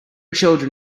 children